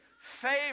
favor